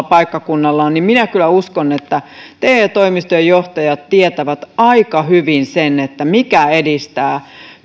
paikkakunnallaan niin minä kyllä uskon että te toimistojen johtajat tietävät aika hyvin sen mikä edistää